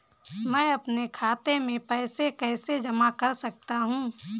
मैं अपने खाते में पैसे कैसे जमा कर सकता हूँ?